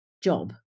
job